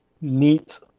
Neat